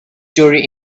story